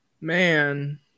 man